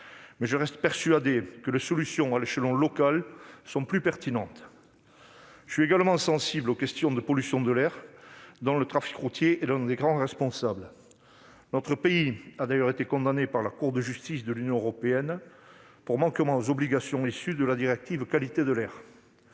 mais je reste persuadé que les solutions à l'échelon local sont plus pertinentes. Je suis également sensible à la problématique de la pollution de l'air, dont le trafic routier est l'un des grands responsables. Notre pays a d'ailleurs été condamné par la Cour de justice de l'Union européenne pour manquement aux obligations issues de la directive concernant la